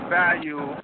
value